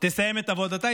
תסיים את עבודתה,